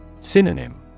Synonym